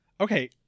Okay